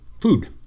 food